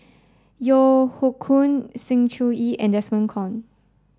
Yeo Hoe Koon Sng Choon Yee and Desmond Kon